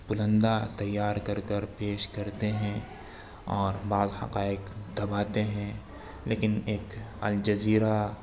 پلندہ تیار کر کر پیش کر تے ہیں اور بعض حقائق دباتے ہیں لیکن ایک الجزیرہ